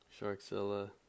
Sharkzilla